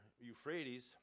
Euphrates